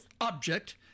object